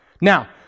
Now